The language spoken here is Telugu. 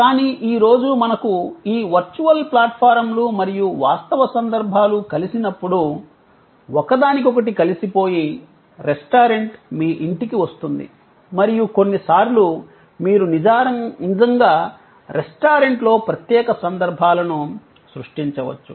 కానీ ఈ రోజు మనకు ఈ వర్చువల్ ప్లాట్ఫారమ్లు మరియు వాస్తవ సందర్భాలు కలిసినప్పుడు ఒకదానికొకటి కలిసిపోయి రెస్టారెంట్ మీ ఇంటికి వస్తుంది మరియు కొన్నిసార్లు మీరు నిజంగా రెస్టారెంట్లో ప్రత్యేక సందర్భాలను సృష్టించవచ్చు